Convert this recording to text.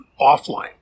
offline